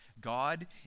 God